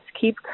keep